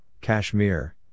Kashmir